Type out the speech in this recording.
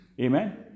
Amen